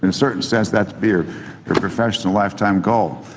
and certain sense, that to be her professional lifetime goal.